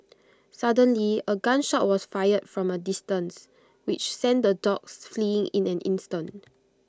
suddenly A gun shot was fired from A distance which sent the dogs fleeing in an instant